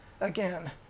again